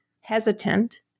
hesitant